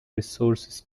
resources